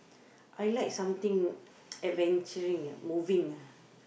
I like something adventuring ah moving ah